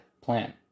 plan